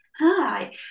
Hi